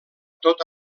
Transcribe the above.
tota